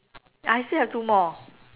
I still have two more